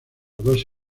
dos